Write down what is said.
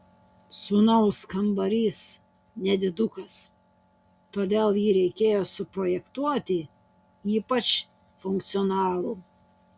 sūnaus kambarys nedidukas todėl jį reikėjo suprojektuoti ypač funkcionalų